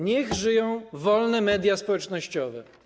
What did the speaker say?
Niech żyją wolne media społecznościowe.